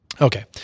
Okay